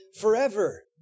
forever